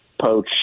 poach